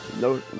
no